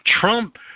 Trump